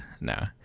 no